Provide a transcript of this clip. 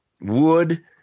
wood